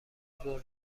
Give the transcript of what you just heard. ظهر